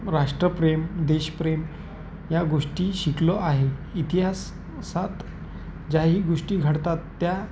राष्ट्रप्रेम देशप्रेम या गोष्टी शिकलो आहे इतिहास सात ज्याही गोष्टी घडतात त्या